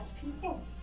people